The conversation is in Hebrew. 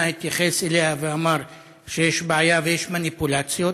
התייחס אליה ואמר שיש בעיה ויש מניפולציות.